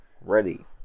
ready